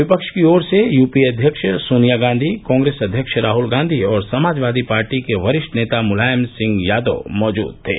विपक्ष की ओर से यूपीए अध्यक्ष सोनिया गांधी कांग्रेस अध्यक्ष राहुल गांधी और समाजवादी पार्टी के वरिष्ठ नेता मुलायम सिंह यादव मौजूद थे